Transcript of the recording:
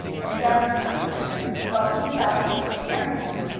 and, bounding after him, bumping about and scaring him,